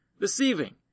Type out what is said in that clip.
deceiving